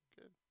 Good